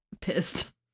pissed